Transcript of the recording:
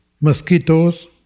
mosquitoes